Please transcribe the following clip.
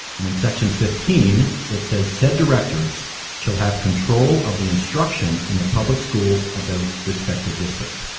and in section fifteen, it says, said directors shall have control of the instruction in the public schools of their respective districts.